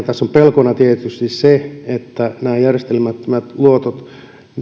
tässä on pelkona tietysti se että nämä järjestelemättömät luotot